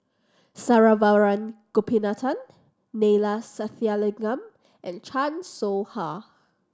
Saravanan Gopinathan Neila Sathyalingam and Chan Soh Ha